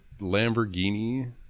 Lamborghini